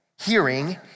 hearing